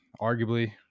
Arguably